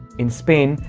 in spain,